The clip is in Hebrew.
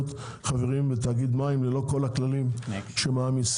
חברים בתאגיד מים ללא כל הכללים שמעמיסים,